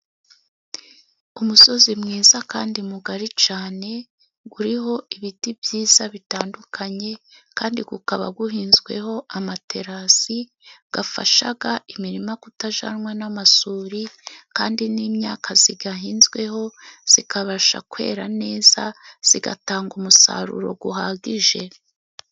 Umusozi mwiza kandi mugari cyane uriho ibiti byiza bitandukanye, kandi ukaba uhinzweho amaterasi afasha imirima kutajyanwa n'amasuri, kandi n'imyaka iyahinzweho ikabasha kwera neza, igatanga umusaruro uhagije.